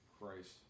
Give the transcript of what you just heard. Christ